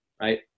right